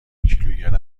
کیلوگرم